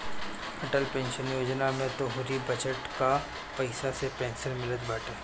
Atal pension योजना में तोहरी बचत कअ पईसा से पेंशन मिलत बाटे